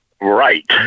Right